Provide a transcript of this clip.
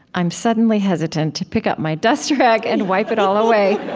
i'm suddenly hesitant to pick up my dust rag and wipe it all away.